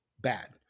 bad